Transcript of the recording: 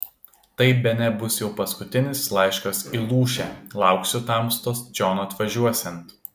tai bene bus jau paskutinis laiškas į lūšę lauksiu tamstos čion atvažiuosiant